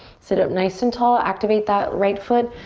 sit up nice and tall. activate that right foot.